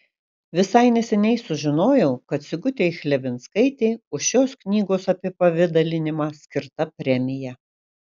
visai neseniai sužinojau kad sigutei chlebinskaitei už šios knygos apipavidalinimą skirta premija